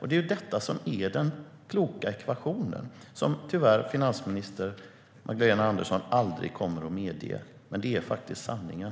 Det är detta som är den kloka ekvationen, vilket finansminister Magdalena Andersson tyvärr aldrig kommer att medge. Men det är faktiskt sanningen.